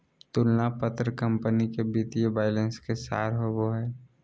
तुलना पत्र कंपनी के वित्तीय बैलेंस के सार होबो हइ